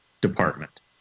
department